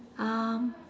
um